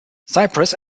cyprus